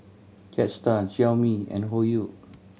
Jetstar Xiaomi and Hoyu